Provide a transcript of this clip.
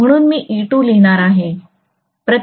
म्हणून मी E2 लिहिणार आहे